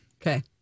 Okay